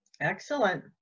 excellent